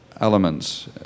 elements